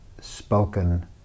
spoken